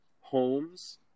homes